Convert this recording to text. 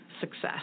success